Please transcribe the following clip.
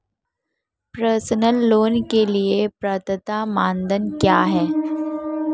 Personal loan के लिए पात्रता मानदंड क्या हैं?